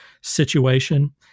situation